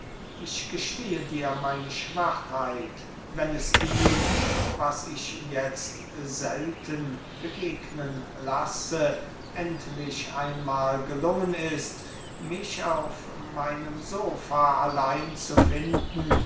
ich gestehe dir meine schwachheit wenn es ihm was ich jetzt selten begegnen lasse endlich einmahl gelungen ist mich auf meinem sofa allein zu finden